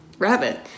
rabbit